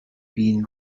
been